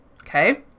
okay